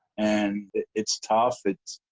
and it's tough, it's